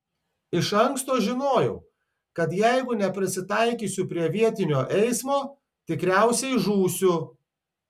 iš anksto žinojau kad jeigu neprisitaikysiu prie vietinio eismo tikriausiai žūsiu